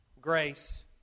grace